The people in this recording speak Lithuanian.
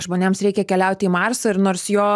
žmonėms reikia keliauti į marsą ir nors jo